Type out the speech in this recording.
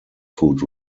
food